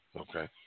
Okay